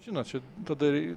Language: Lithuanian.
žinot čia tada